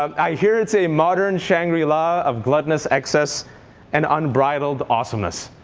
i hear it's a modern shangri-la of gluttonous excess and unbridled awesomeness.